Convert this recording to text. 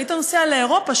כשהיית נוסע לאירופה,